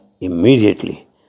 immediately